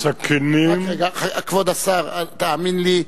סכינים, רק רגע, כבוד השר, תאמין לי.